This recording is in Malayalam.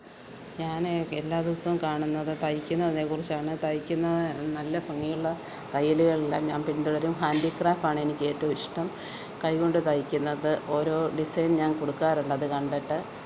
ഞാന് എല്ലാ ദിവസവും കാണുന്നത് തയ്ക്കുന്നതിനേക്കുറിച്ചാണ് തൈക്കുന്ന നല്ല ഭംഗിയുള്ള തയ്യലുകളെല്ലാം ഞാൻ പിന്തുടരും ഹാൻറ്റീക്രാഫാണെനിക്കേറ്റവും ഇഷ്ടം കൈകൊണ്ട് തൈക്കുന്നത് ഓരോ ഡിസൈൻ ഞാൻ കൊടുക്കാറുണ്ടത് കണ്ടിട്ട്